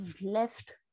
left